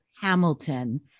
Hamilton